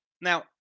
now